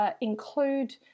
include